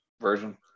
version